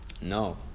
No